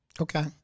Okay